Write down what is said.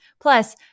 Plus